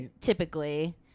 Typically